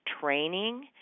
training